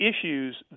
issues